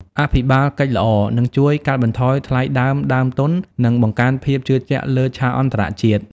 អភិបាលកិច្ចល្អនឹងជួយកាត់បន្ថយថ្លៃដើមដើមទុន និងបង្កើនភាពជឿជាក់លើឆាកអន្តរជាតិ។